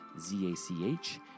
Z-A-C-H